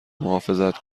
محافظت